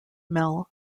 mel